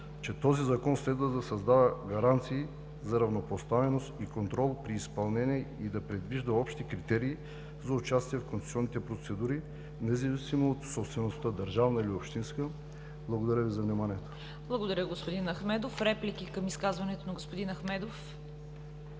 че този Закон следва да създава гаранции за равнопоставеност и контрол при изпълнение и да предвижда общи критерии за участие в концесионните процедури, независимо от собствеността – държавна или общинска. Благодаря Ви за вниманието. ПРЕДСЕДАТЕЛ ЦВЕТА КАРАЯНЧЕВА: Благодаря, господин Ахмедов. Реплики към изказването на господин Ахмедов?